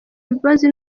imbabazi